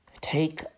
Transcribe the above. Take